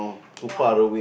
what